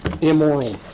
immoral